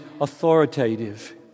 authoritative